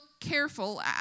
careful